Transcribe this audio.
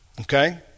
Okay